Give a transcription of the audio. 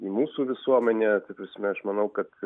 į mūsų visuomenę ta prasme aš manau kad